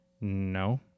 No